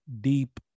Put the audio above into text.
deep